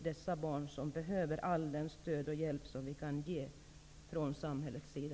Dessa barn behöver allt det stöd och all den hjälp som går att få från samhällets sida.